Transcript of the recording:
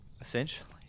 Essentially